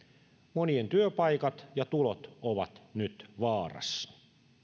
monien työpaikat ja tulot ovat nyt vaarassa